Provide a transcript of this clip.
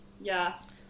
Yes